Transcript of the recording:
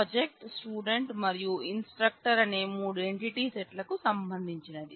project student మరియు instructor అనే మూడు ఎంటిటీ సెట్ల కు సంబంధించినది